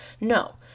No